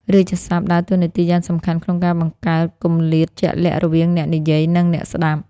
រាជសព្ទដើរតួនាទីយ៉ាងសំខាន់ក្នុងការបង្កើត គម្លាតជាក់លាក់រវាងអ្នកនិយាយ និងអ្នកស្ដាប់។